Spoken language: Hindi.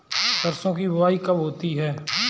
सरसों की बुआई कब होती है?